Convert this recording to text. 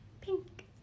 pink